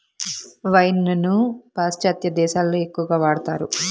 wine ను పాశ్చాత్య దేశాలలో ఎక్కువగా వాడతారు